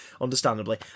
understandably